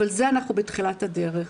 אבל זה אנחנו בתחילת הדרך.